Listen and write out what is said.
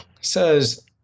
says